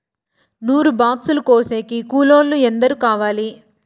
నూరు బాక్సులు కోసేకి కూలోల్లు ఎందరు కావాలి?